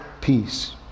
peace